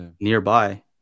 Nearby